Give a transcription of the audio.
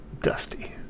dusty